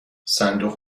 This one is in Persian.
صندوق